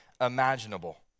imaginable